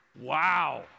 wow